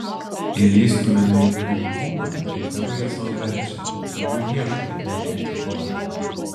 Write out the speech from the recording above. įlįstumėme į kurį krūmą ir tegu jie sau verčia tegu ieško viduj kiek tik nori